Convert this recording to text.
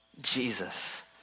Jesus